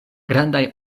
grandaj